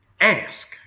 ask